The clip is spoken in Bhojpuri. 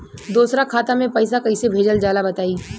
दोसरा खाता में पईसा कइसे भेजल जाला बताई?